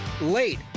late